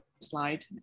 slide